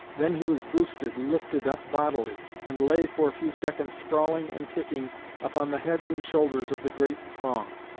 then he was boosted' lifted up bodily and lay for a few seconds sprawling and kicking upon the heads and shoulders of the great throng.